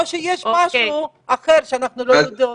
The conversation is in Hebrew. או שיש משהו אחר שאנחנו לא יודעות.